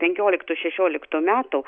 penkioliktų šešioliktų